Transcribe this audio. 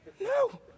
no